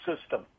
system